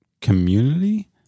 community